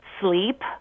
sleep